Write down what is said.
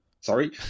sorry